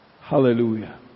Hallelujah